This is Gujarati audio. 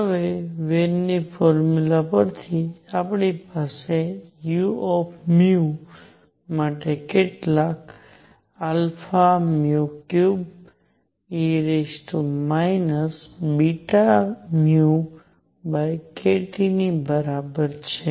હવે વેનની ફોર્મુલા પરથી આપણી પાસે u માટે કેટલાક 3e βνkT ની બરાબર છે